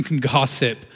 gossip